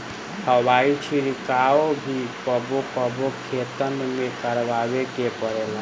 हवाई छिड़काव भी कबो कबो खेतन में करावे के पड़ेला